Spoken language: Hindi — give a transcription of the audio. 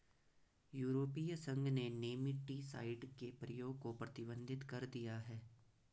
यूरोपीय संघ ने नेमेटीसाइड के प्रयोग को प्रतिबंधित कर दिया है